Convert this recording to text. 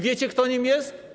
Wiecie, kto nim jest?